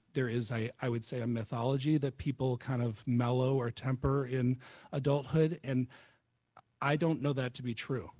there is a i would say a mythology that people kind of mellow or temper in adulthood and i don't know that to be true.